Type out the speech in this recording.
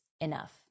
enough